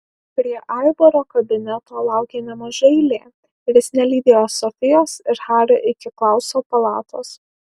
prie aivaro kabineto laukė nemaža eilė ir jis nelydėjo sofijos ir hario iki klauso palatos